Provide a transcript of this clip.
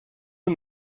eux